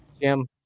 jim